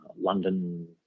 London